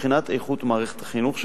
מבחינת איכות מערכת החינוך שלה,